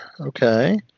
Okay